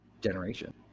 generation